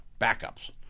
backups